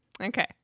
Okay